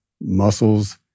muscles